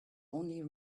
only